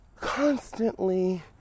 constantly